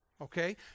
okay